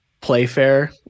Playfair